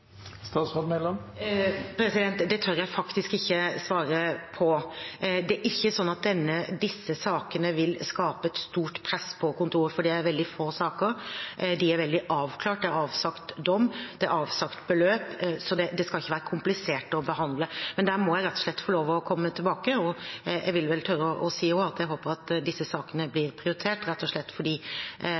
Det tør jeg faktisk ikke svare på. Det er ikke slik at disse sakene vil skape et stort press på kontoret, for det er veldig få saker, og de er veldig avklart. Det er avsagt dom. Det er avsagt beløp, så det skal ikke være komplisert å behandle. Det må jeg rett og slett få lov til å komme tilbake til, og jeg vil vel tørre å si at disse sakene blir prioritert fordi de har ligget og